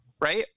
right